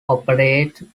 operate